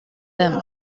them